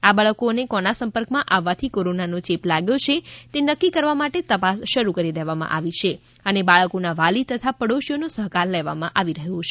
આ બાળકોને કોના સંપર્કમાં આવવાથી કોરોનાનો ચેપ લાગ્યો છે તે નક્કી કરવા માટે તપાસ શરૂ કરી દેવામાં આવી છે અને બાળકોના વાલી તથા પાડોશીનો સહકારમાં લેવામાં આવી રહ્યો છે